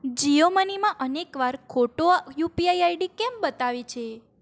જીઓ મનીમાં અનેક વાર ખોટો U P I I D કેમ બતાવે છે